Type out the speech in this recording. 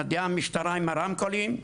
מגיעה משטרה עם הרמקולים,